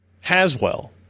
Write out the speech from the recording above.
Haswell